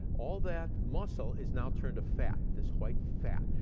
all that muscle is now turned to fat. this white fat.